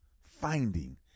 finding